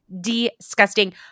disgusting